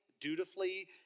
dutifully